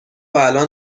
الان